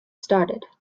started